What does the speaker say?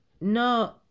no